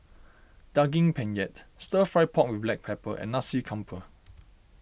Daging Penyet Stir Fry Pork with Black Pepper and Nasi Campur